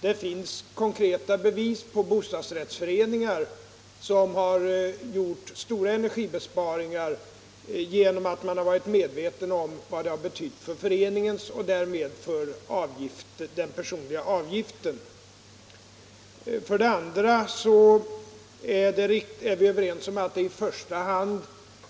Det finns konkreta bevis på att bostadsrättsföreningar har kunnat göra stora energibesparingar genom att man har varit medveten om vad sådana har betytt för föreningen och därmed för den personliga avgiften. För det andra är vi överens om att detta i första hand